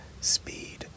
speed